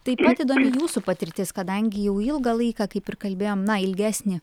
taip pat įdomi jūsų patirtis kadangi jau ilgą laiką kaip ir kalbėjom na ilgesnį